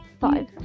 Five